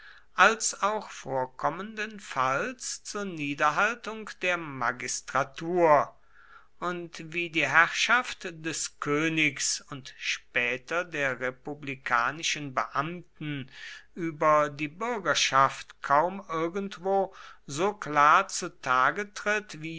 als auch vorkommendenfalls zur niederhaltung der magistratur und wie die herrschaft des königs und später der republikanischen beamten über die bürgerschaft kaum irgendwo so klar zu tage tritt